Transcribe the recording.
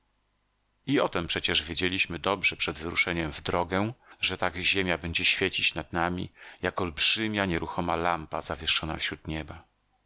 i o tem przecież wiedzieliśmy dobrze przed wyruszeniem w drogę że tak ziemia będzie świecić nad nami jak olbrzymia nieruchoma lampa zawieszona wśród nieba